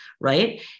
right